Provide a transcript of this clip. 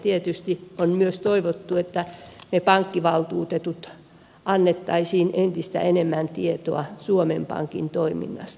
tietysti on myös toivottu että me pankkivaltuutetut antaisimme entistä enemmän tietoa suomen pankin toiminnasta